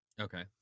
Okay